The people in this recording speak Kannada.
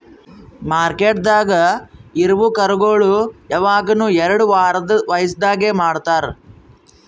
ಮಾರ್ಕೆಟ್ದಾಗ್ ಇರವು ಕರುಗೋಳು ಯವಗನು ಎರಡು ವಾರದ್ ವಯಸದಾಗೆ ಮಾರ್ತಾರ್